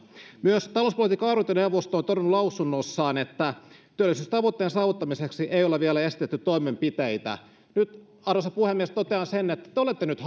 myös talouspolitiikan arviointineuvosto on todennut lausunnossaan että työllisyystavoitteen saavuttamiseksi ei ole vielä esitetty toimenpiteitä arvoisa puhemies totean sen että te te olette nyt